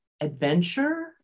adventure